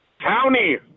County